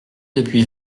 depuis